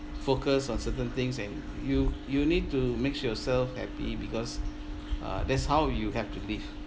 focus on certain things and you you need to make yourself happy because uh that's how you have to live